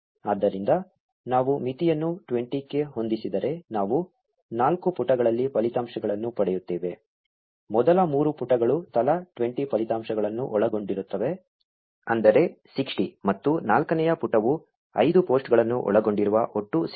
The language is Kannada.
ಆದ್ದರಿಂದ ನಾವು ಮಿತಿಯನ್ನು 20 ಕ್ಕೆ ಹೊಂದಿಸಿದರೆ ನಾವು ನಾಲ್ಕು ಪುಟಗಳಲ್ಲಿ ಫಲಿತಾಂಶಗಳನ್ನು ಪಡೆಯುತ್ತೇವೆ ಮೊದಲ ಮೂರು ಪುಟಗಳು ತಲಾ 20 ಫಲಿತಾಂಶಗಳನ್ನು ಒಳಗೊಂಡಿರುತ್ತವೆ ಅಂದರೆ 60 ಮತ್ತು ನಾಲ್ಕನೇ ಪುಟವು ಐದು ಪೋಸ್ಟ್ಗಳನ್ನು ಒಳಗೊಂಡಿರುವ ಒಟ್ಟು 65